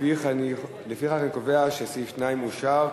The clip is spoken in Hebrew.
לפיכך אני קובע שסעיף 2 אושר,